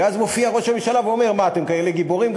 ואז מופיע ראש הממשלה ואומר: אתם כאלה גיבורים?